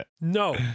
no